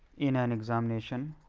in an examination.